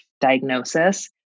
diagnosis